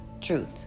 truth